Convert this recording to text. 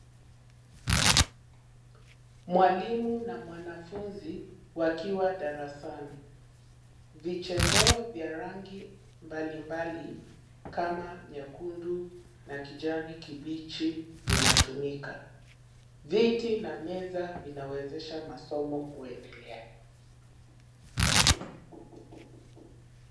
Mwalimu na mwanafunzi wakiwa darasani. Vichezeo vya rangi mbalimbali kama nyekundu na kijani kibichi vinatumika. Viti na meza vinawezesha masomo kuendelea.